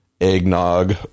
eggnog